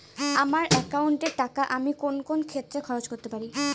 আমার একাউন্ট এর টাকা আমি কোন কোন ক্ষেত্রে খরচ করতে পারি?